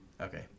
Okay